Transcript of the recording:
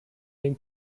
den